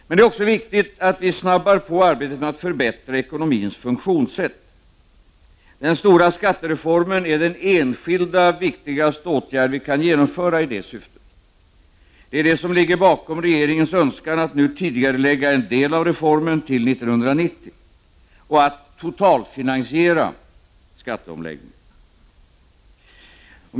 Men det är också viktigt att vi påskyndar arbetet att förbättra ekonomins funktionssätt. Den stora skattereformen är den viktigaste enskilda åtgärd som vi kan genomföra i det syftet. Det är det som ligger bakom regeringens önskan att nu tidigarelägga en del av reformen till 1990 och att totalfinansiera skatteomläggningen.